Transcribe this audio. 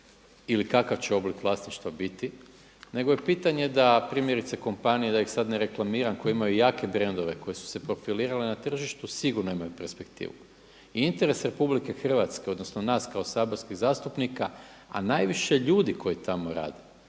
ili kakav će oblik vlasništva biti, nego je pitanje da primjerice kompanije da ih sad ne reklamiram koje imaju jake brendove koje su se profilirale na tržištu sigurno imaju perspektivu. I interes Republike Hrvatske, odnosno nas kao saborskih zastupnika, a najviše ljudi koji tamo rade,